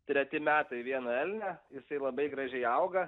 treti metai vieną elnią jisai labai gražiai auga